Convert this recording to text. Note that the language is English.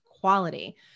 quality